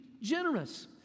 generous